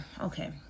Okay